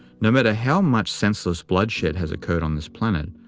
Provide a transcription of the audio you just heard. no matter how much senseless bloodshed has occurred on this planet,